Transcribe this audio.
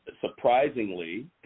Surprisingly